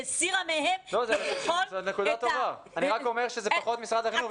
שהסירה מהם בתיכון --- אני רק אומר שזה פחות משרד החינוך ויותר המל"ג.